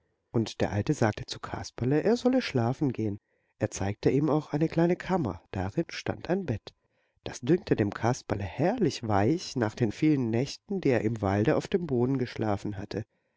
und der alte sagte zu kasperle er solle schlafen gehen er zeigte ihm auch eine kleine kammer darin stand ein bett das dünkte dem kasperle herrlich weich nach den vielen nächten die er im walde auf dem boden geschlafen hatte